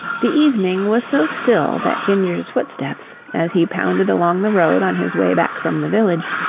the evening was so still that ginger's footsteps, as he pounded along the road on his way back from the village,